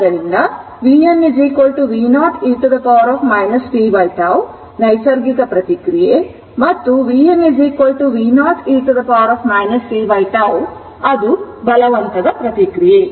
ಆದ್ದರಿಂದ vn v0 e t tτ ನೈಸರ್ಗಿಕ ಪ್ರತಿಕ್ರಿಯೆ ಮತ್ತು vn v0 e tτ ಅದು ಬಲವಂತದ ಪ್ರತಿಕ್ರಿಯೆ